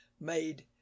made